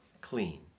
clean